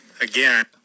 Again